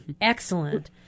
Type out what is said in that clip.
Excellent